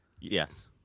Yes